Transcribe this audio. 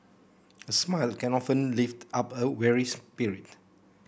a smile can often lift up a weary spirit